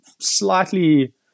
slightly